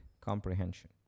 comprehension